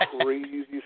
crazy